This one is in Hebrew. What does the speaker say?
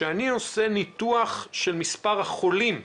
כשאני עושה ניתוח של מספר החולים שעלו,